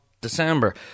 December